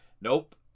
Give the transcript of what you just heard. Nope